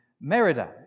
Merida